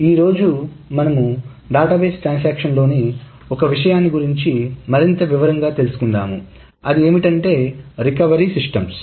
ఈరోజు మనము database transaction లోని ఒక విషయాన్ని గురించి మరింత వివరంగా తెలుసు కుందాము అవి రికవరీ సిస్టమ్స్